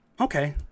okay